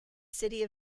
city